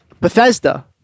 Bethesda